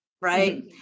Right